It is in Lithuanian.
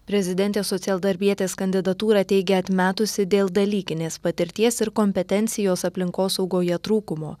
prezidentė socialdarbietės kandidatūrą teigė atmetusi dėl dalykinės patirties ir kompetencijos aplinkosaugoje trūkumo